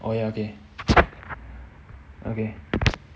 oh ya okay okay